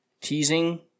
teasing